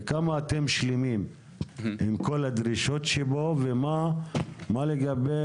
כמה אתם שלמים עם כל הדרישות ומה לגבי